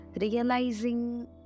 realizing